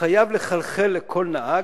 שחייב לחלחל לכל נהג,